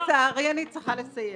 -- לצערי, אני צריכה לסיים.